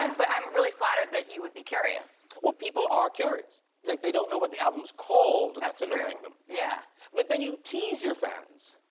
and but i'm really flattered that you would be curious what people are curious like they don't know what the album is called and that's annoying them. yeah with the new teaser fans